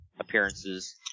appearances